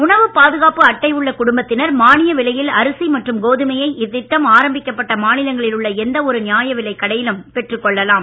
உணவு பாதுகாப்பு அட்டை உள்ள குடும்பத்தினர் மானிய விலையில் அரிசி மற்றும் கோதுமையை இத்திட்டம் ஆரம்பிக்கப்பட்ட மாநிலங்களில் உள்ள எந்த ஒரு நியாய விலைக்கடையிலும் பெற்றுக் கொள்ளலாம்